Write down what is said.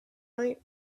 night